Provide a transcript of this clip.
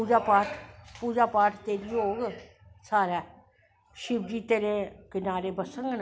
पूज़ा पाठ होग सारै शिवजी तेरे कनारे बसगंन लेकिन